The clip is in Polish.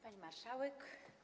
Pani Marszałek!